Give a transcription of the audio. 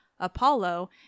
Apollo